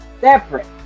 separate